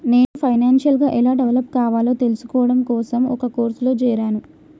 నేను ఫైనాన్షియల్ గా ఎలా డెవలప్ కావాలో తెల్సుకోడం కోసం ఒక కోర్సులో జేరాను